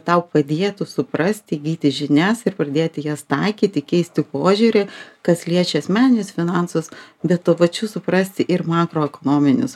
tau padėtų suprasti įgyti žinias ir pradėti jas taikyti keisti požiūrį kas liečia asmeninius finansus bet tuo pačiu suprasti ir makroekonominius